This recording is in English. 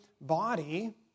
body